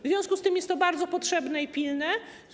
W związku z tym jest to bardzo potrzebne i pilne.